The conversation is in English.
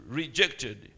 rejected